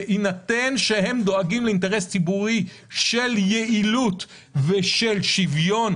בהינתן שהם דואגים לאינטרס ציבורי של יעילות ושל שוויון,